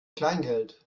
kleingeld